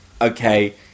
okay